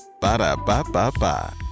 Ba-da-ba-ba-ba